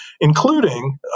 including